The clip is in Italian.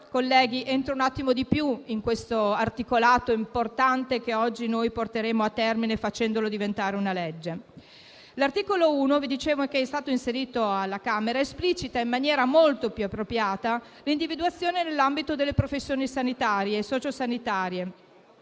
colleghi, entro maggiormente all'interno di quest'articolato importante, il cui *iter* oggi porteremo a termine, facendolo diventare una legge. L'articolo 1, che - come vi dicevo - è stato inserito alla Camera, esplicita in maniera molto più appropriata l'individuazione nell'ambito delle professioni sanitarie e socio-sanitarie.